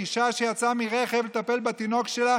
אישה שיצאה מרכב לטפל בתינוק שלה,